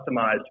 customized